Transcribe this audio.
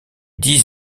dix